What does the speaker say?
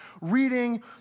reading